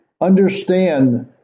understand